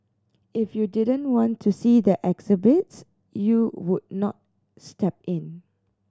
if you didn't want to see the exhibits you would not step in